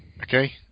Okay